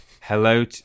Hello